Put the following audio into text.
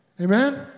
Amen